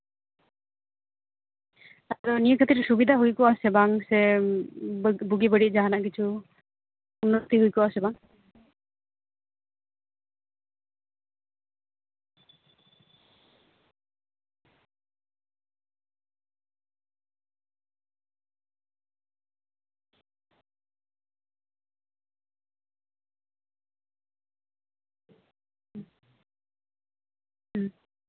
ᱟᱫᱚ ᱱᱤᱭᱟᱹ ᱠᱷᱟᱹᱛᱤᱨ ᱥᱩᱵᱤᱫᱟ ᱦᱩᱭ ᱠᱚᱜᱼᱟ ᱥᱮ ᱵᱟᱝ ᱥᱮ ᱵᱩᱜᱤ ᱵᱟᱹᱲᱤᱡ ᱡᱟᱦᱟᱱᱟᱜ ᱠᱤᱪᱷᱩ ᱩᱱᱟᱹᱜ ᱛᱤᱸᱜᱩ ᱠᱚᱜᱼᱟ ᱥᱮ ᱵᱟᱝ ᱦᱩᱸ ᱦᱩᱸ